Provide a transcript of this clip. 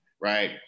right